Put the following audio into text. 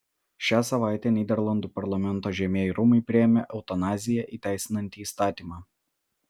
šią savaitę nyderlandų parlamento žemieji rūmai priėmė eutanaziją įteisinantį įstatymą